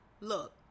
look